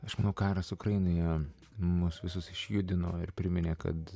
aš manau karas ukrainoje mus visus išjudino ir priminė kad